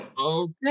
Okay